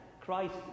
Christ